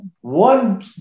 One